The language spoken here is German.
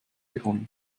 gefunden